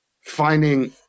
finding